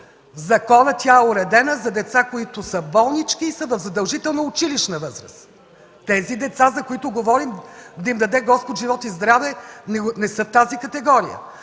В закона тя е уредена за деца, които са болнички и са в задължителна училищна възраст. Тези деца, за които говоря, да им даде Господ живот и здраве, не са в тази категория.